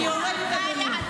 את יודעת, זו הייתה הצגה.